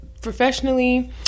professionally